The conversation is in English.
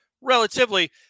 relatively